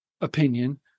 Opinion